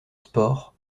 sport